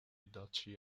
duchy